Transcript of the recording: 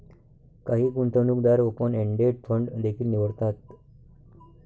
काही गुंतवणूकदार open ended fund देखील निवडतात